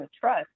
trust